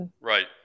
right